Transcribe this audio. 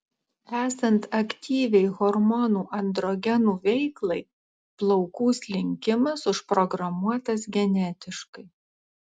esant aktyviai hormonų androgenų veiklai plaukų slinkimas užprogramuotas genetiškai